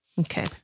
Okay